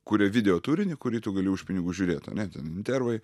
kuria video turinį kurį tu gali už pinigus žiūrėt ane ten intervai